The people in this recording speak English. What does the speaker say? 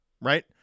right